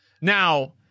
Now